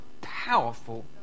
powerful